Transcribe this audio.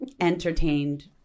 entertained